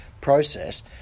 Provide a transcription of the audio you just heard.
process